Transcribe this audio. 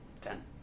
Ten